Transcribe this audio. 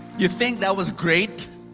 you think that was great?